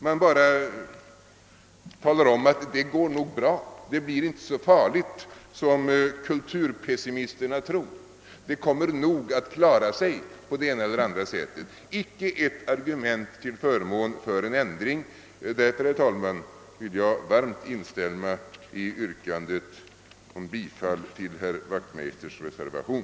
Man bara talar om att det nog går bra, det blir inte så farligt som kulturpessimisterna tror. Det kommer nog att klara sig på det ena eller det andra sättet. Icke ett argument till förmån för en ändring har framförts. Därför, herr talman, vill jag varmt instämma i yrkandet om bifall till herr Wachtmeisters reservation.